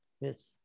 Yes